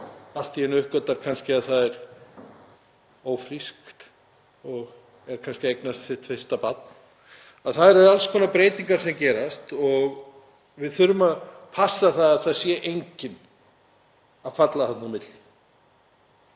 allt í einu uppgötvar kannski að það er ófrískt og er kannski að eignast sitt fyrsta barn, það eru alls konar breytingar sem gerast. Við þurfum að passa að enginn falli þarna á milli.